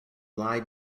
lie